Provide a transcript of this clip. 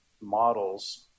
models